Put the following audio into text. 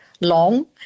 long